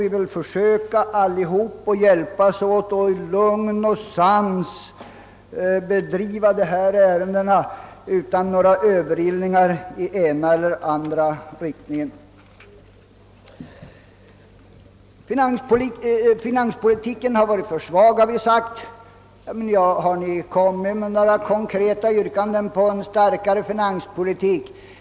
Alla bör vi nu hjälpas åt att lugnt och sansat behandla dessa ärenden, utan några överilningar av det ena eller andra slaget. Finanspolitiken har varit för svag, har vi sagt. Men ni har inte kommit med några konkreta yrkanden på en starkare finanspolitik, genmäler finansministern.